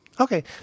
okay